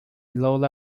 lola